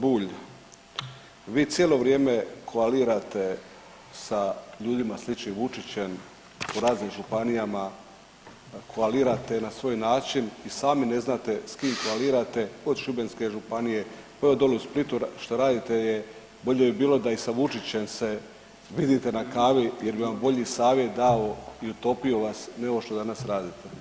Bulj, vi cijelo vrijeme koalirate sa ljudima sličnim Vučićem po raznim županijama, koalirate na svoj način i sami ne znate s kim koalirate od Šibenske županije, ovo dolje u Splitu što radite je bolje bi bilo da i sa Vučićem se vidite na kavi jer bi vam bolji savjet dao i utopio vas nego što danas radite.